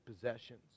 possessions